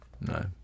No